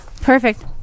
Perfect